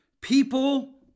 People